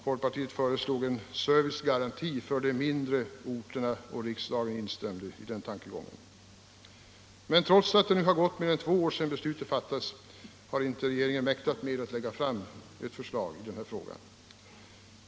Folkpartiet föreslog en servicegaranti för de mindre orterna och riksdagen instämde i tankegången. Men trots att det nu har gått mer än två år sedan beslutet fattades har inte regeringen mäktat med att lägga fram ett förslag i den här frågan.